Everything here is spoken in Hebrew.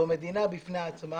זו מדינה בפני עצמה